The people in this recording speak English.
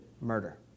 murder